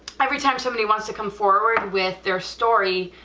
every time somebody wants to come forward with their story,